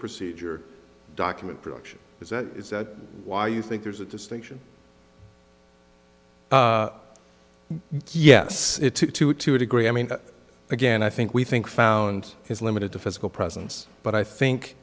procedure document production is that is that why you think there's a distinction yes to a degree i mean again i think we think found his limited to physical presence but i think